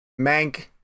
mank